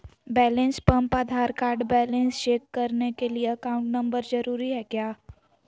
Balance pump Aadhaar card balance check करने के लिए अकाउंट नंबर जरूरी है क्या?